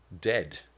dead